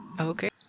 Okay